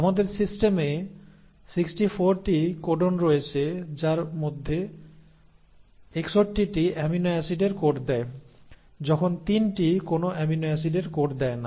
আমাদের সিস্টেমে 64 টি কোডন রয়েছে যার মধ্যে 61 টি অ্যামিনো অ্যাসিডের কোড দেয় যখন 3 টি কোনও অ্যামিনো অ্যাসিডের কোড দেয় না